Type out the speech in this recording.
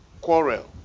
quarrel